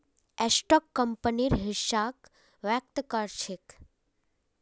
stock कंपनीर हिस्साक व्यक्त कर छेक